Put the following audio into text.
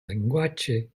llenguatge